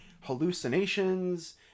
hallucinations